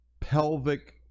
pelvic